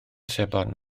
sebon